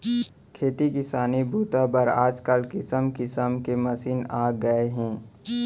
खेती किसानी बूता बर आजकाल किसम किसम के मसीन आ गए हे